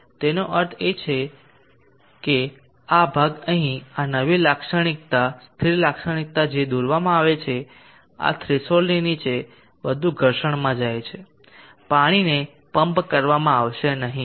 તેથી તેનો અર્થ એ છે કે આ ભાગ અહીં આ નવી લાક્ષણિકતા સ્થિર લાક્ષણિકતા જે દોરવામાં આવે છે આ થ્રેશોલ્ડની નીચે બધું ઘર્ષણમાં જાય છે પાણીને પંપ કરવામાં આવશે નહીં